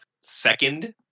second